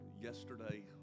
yesterday